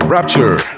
Rapture